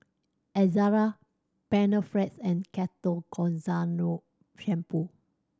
Ezerra Panaflex and Ketoconazole Shampoo